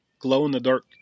glow-in-the-dark